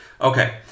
Okay